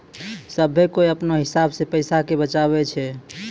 सभ्भे कोय अपनो हिसाब से पैसा के बचाबै छै